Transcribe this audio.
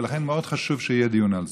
ולכן מאוד חשוב שיהיה דיון על זה.